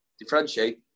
differentiate